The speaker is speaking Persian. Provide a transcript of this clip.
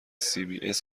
cbs